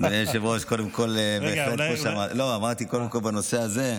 אדוני היושב-ראש, קודם כול בנושא הזה,